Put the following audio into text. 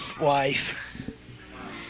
wife